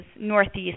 northeast